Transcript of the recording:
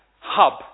hub